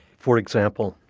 for example,